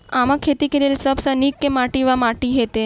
आमक खेती केँ लेल सब सऽ नीक केँ माटि वा माटि हेतै?